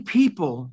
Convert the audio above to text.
people